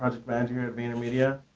ah manager here at vaynermedia.